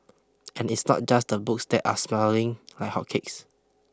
and it's not just the books that are smelling like hotcakes